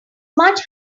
much